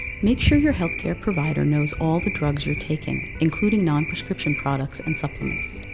make sure your health care provider knows all the drugs you're taking, including non-prescription products and supplements.